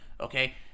okay